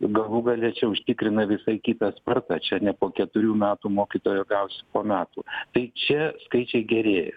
galų gale čia užtikrina visai kitą spartą čia ne po keturių metų mokytoją gausi po metų tai čia skaičiai gerėja